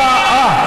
להצבעה.